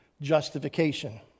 justification